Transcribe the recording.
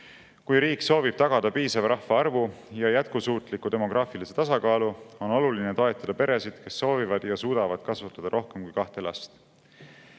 Kui riik soovib tagada piisava rahvaarvu ja jätkusuutliku demograafilise tasakaalu, on oluline toetada peresid, kes soovivad ja suudavad kasvatada rohkem kui kahte last.